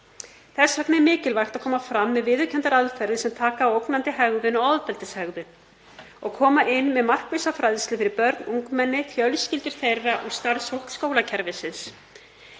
Þess vegna er mikilvægt að koma fram með viðurkenndar aðferðir sem taka á ógnandi hegðun og ofbeldishegðun og koma inn með markvissa fræðslu fyrir börn, ungmenni, fjölskyldur þeirra og starfsfólk skólakerfisins.